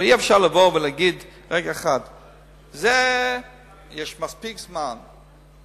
אבל אי-אפשר לבוא ולהגיד: יש מספיק זמן,